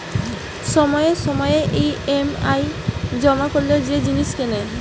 সময়ে সময়ে ই.এম.আই জমা করে যে জিনিস কেনে